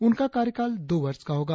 उनका कार्यकाल दो वर्ष का होगा